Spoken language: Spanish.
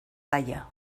laya